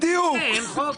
בלי זה אין חוק.